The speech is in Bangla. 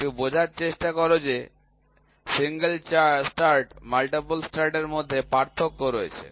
একটু বোঝার চেষ্টা করো যে সিঙ্গেল স্টার্ট এবং মাল্টিপল স্টার্ট মধ্যে পার্থক্য রয়েছে